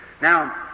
Now